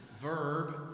verb